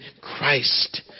Christ